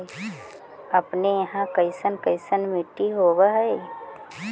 अपने यहाँ कैसन कैसन मिट्टी होब है?